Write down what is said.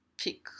pick